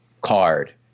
card